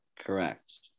Correct